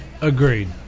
Agreed